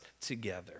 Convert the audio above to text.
together